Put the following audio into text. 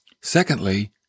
Secondly